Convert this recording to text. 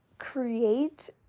create